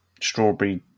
strawberry